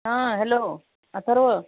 हा हॅलो अथर्व